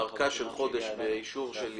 ארכה של חודש מיק"ר.